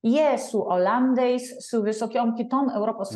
jie su olandais su visokiom kitom europos